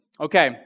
Okay